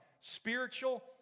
spiritual